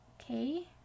Okay